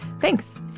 Thanks